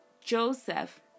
Joseph